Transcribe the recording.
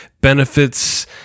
benefits